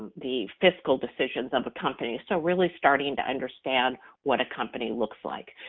the fiscal decisions of a company, so really starting to understand what a company looks like,